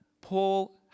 Paul